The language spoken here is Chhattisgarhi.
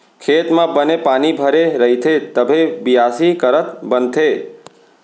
खेत म बने पानी भरे रइथे तभे बियासी करत बनथे